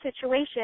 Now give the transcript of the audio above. situation